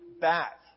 back